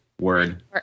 word